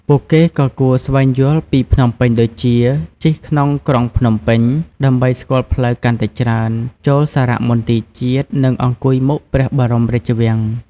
ពួកគេក៏គួរស្វែងយល់ពីភ្នំពេញដូចជា ជិះក្នុងក្រុងភ្នំពេញ ដើម្បីស្គាល់ផ្លូវកាន់តែច្រើន ចូលសារមន្ទីរជាតិ និងអង្គុយមុខព្រះបរមរាជវាំង។